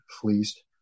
fleeced